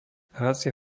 hracia